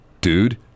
Dude